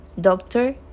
doctor